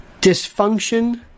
dysfunction